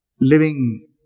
living